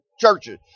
churches